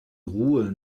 ruhe